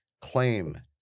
claim